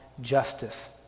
justice